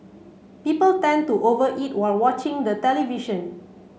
people tend to over eat while watching the television